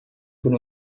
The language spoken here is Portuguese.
por